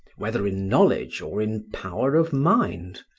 whether in knowledge or in power of mind.